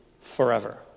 forever